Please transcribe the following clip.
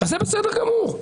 אז זה בסדר גמור.